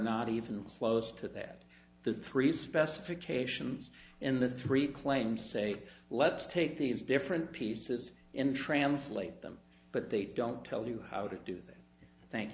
not even close to that the three specifications in the three claim say let's take these different pieces in translate them but they don't tell you how to do th